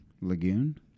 lagoon